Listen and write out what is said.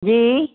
जी